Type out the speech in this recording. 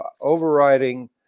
overriding